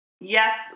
Yes